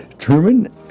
Truman